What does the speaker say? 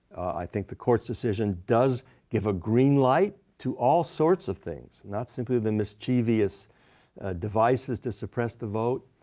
i think the court's decision does give a green light to all sorts of things, not simply the mischievous devices to suppress the vote.